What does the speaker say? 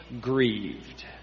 grieved